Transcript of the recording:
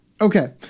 Okay